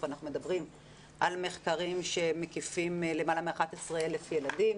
אנחנו מדברים על מחקרים שמקיפים למעלהמ-11,000 ילדים.